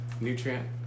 nutrient